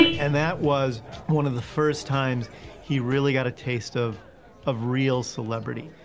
and that was one of the first times he really got a taste of of real celebrity,